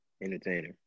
entertainer